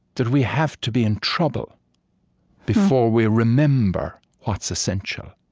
that we have to be in trouble before we remember what's essential.